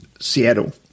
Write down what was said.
Seattle